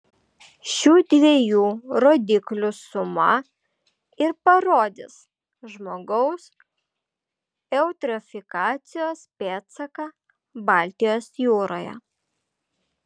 šių dviejų rodiklių suma ir parodys žmogaus eutrofikacijos pėdsaką baltijos jūroje